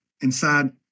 inside